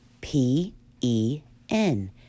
P-E-N